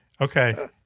Okay